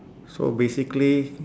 so basically